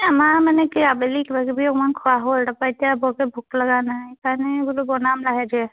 এই আমাৰ মানে কি আবেলি কিবা কিবি অকণমান খোৱা হ'ল তাৰপা এতিয়া বৰকে ভোক লগা নাই সেইকাৰণে বোলো বনাম লাহে ধীৰে